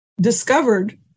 discovered